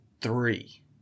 three